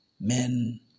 Men